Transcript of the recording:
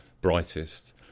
brightest